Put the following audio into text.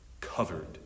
covered